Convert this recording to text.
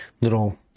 little